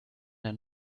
ein